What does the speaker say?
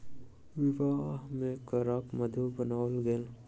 विवाह में केराक मधुर बनाओल गेल